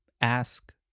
ask